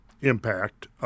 impact